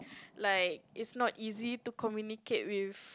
like it's not easy to communicate with